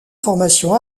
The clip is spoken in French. formation